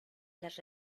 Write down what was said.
las